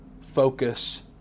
focus